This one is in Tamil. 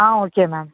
ah okay ma'am